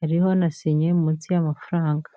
hariho na sinya iri munsi y'amafaramga.